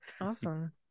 Awesome